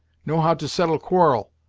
know how to settle quarrel.